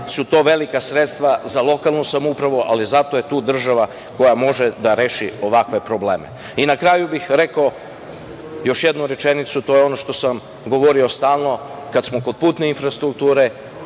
su to velika sredstva za lokalnu samoupravu, ali zato je tu država koja može da reši ovakve probleme. Na kraju bih rekao još jednu rečenicu, to je ono što sam govorio stalno, kada smo kod putne infrastrukture,